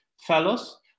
fellows